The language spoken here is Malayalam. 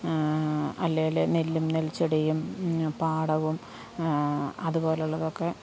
അല്ലെങ്കിൽ നെല്ലും നെൽച്ചെടിയും പാടവും അതുപോലെ ഉള്ളതൊക്കെ